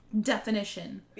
definition